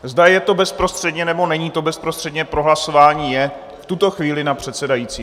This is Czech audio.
Zda je to bezprostředně, nebo není to bezprostředně pro hlasování, je v tuto chvíli na předsedajícím.